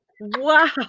Wow